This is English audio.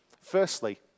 Firstly